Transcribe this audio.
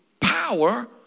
power